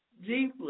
deeply